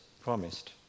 promised